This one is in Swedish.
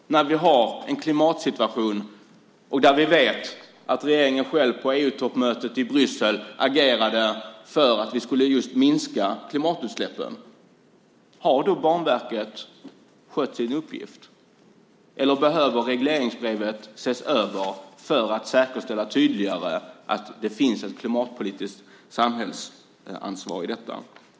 Vi har ju en svår klimatsituation, och vi vet att regeringen på EU-toppmötet i Bryssel agerade för att vi skulle minska just klimatutsläppen. Har Banverket då skött sin uppgift, eller behöver regleringsbrevet ses över för att tydligare säkerställa att det finns ett klimatpolitiskt samhällsansvar i detta?